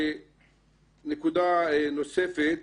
נקודה נוספת.